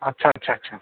अच्छा अच्छा अच्छा